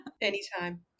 Anytime